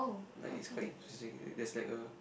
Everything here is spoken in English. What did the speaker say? like is quite interesting and there's like a